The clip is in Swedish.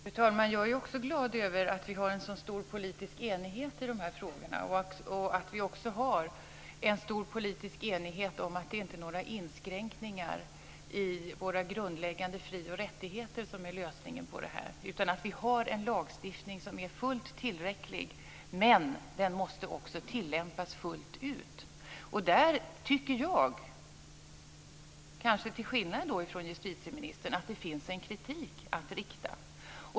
Fru talman! Jag är också glad över att vi har en så stor politisk enighet i dessa frågor och att vi också har en stor politisk enighet om att det inte är inskränkningar i våra grundläggande fri och rättigheter som är lösningen på detta. Vi har en lagstiftning som är fullt tillräcklig, men den måste också tillämpas fullt ut. Där tycker jag, kanske till skillnad från justitieministern, att det finns en kritik att rikta.